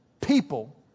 people